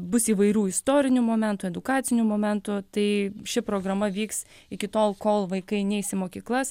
bus įvairių istorinių momentų edukacinių momentų tai ši programa vyks iki tol kol vaikai neis į mokyklas